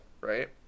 right